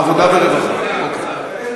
עבודה ורווחה, אוקיי.